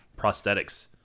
prosthetics